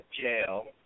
jail